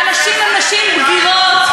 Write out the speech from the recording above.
והנשים הן נשים בגירות,